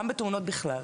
גם בתאונות בכלל,